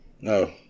No